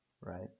right